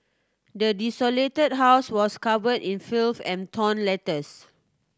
the desolated house was covered in filth and torn letters